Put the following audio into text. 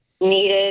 needed